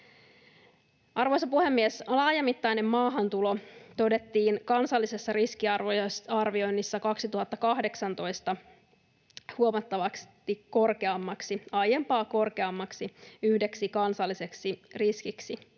Arvoisa puhemies! Laajamittainen maahantulo todettiin kansallisessa riskiarvioinnissa 2018 yhdeksi huomattavasti aiempaa korkeammaksi kansalliseksi riskiksi.